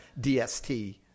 DST